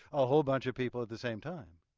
a whole bunch of people at the same time.